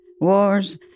wars